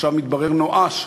עכשיו מתברר נואש,